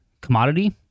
commodity